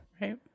right